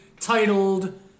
titled